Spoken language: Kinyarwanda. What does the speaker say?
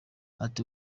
ati